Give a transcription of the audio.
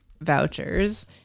vouchers